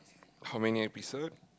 how many episode